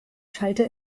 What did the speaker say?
schallte